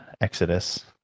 Exodus